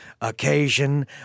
occasion